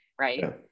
right